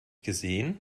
gesehen